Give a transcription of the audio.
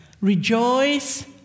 Rejoice